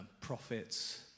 profits